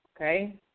okay